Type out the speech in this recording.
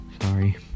sorry